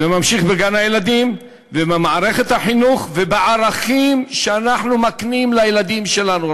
וממשיך בגן-הילדים ובמערכת החינוך ובערכים שאנחנו מקנים לילדים שלנו,